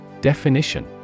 Definition